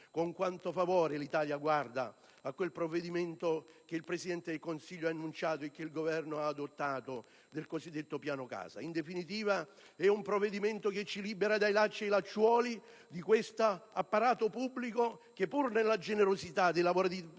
con quanto favore l'Italia guarda a quel provvedimento che il Presidente del Consiglio ha annunciato e che il Governo ha adottato nel cosiddetto piano casa! Questo provvedimento ci libera dai lacci e lacciuoli del nostro apparato pubblico che, pur nella generosità dei lavoratori